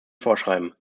vorschreiben